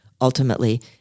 ultimately